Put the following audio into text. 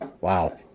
Wow